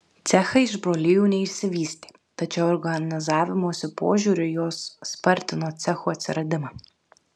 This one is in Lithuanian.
cechai iš brolijų neišsivystė tačiau organizavimosi požiūriu jos spartino cechų atsiradimą